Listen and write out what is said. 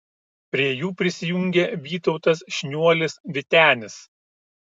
prie jų prisijungė vytautas šniuolis vytenis